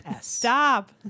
stop